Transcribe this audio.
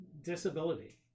disability